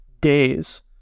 days